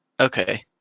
Okay